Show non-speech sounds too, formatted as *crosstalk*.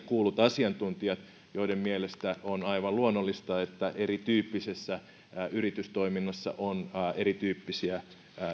*unintelligible* kuullut asiantuntijat joiden mielestä on aivan luonnollista että erityyppisessä yritystoiminnassa on erityyppisiä